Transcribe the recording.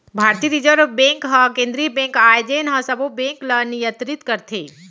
भारतीय reserve bank ह केंद्रीय बेंक आय जेन ह सबो बेंक ल नियतरित करथे